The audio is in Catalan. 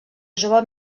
jove